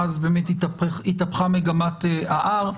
אז באמת התהפכה מגמת ה-R.